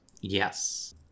Yes